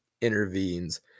intervenes